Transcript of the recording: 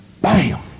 BAM